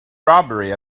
robbery